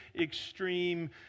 extreme